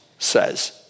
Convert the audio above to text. says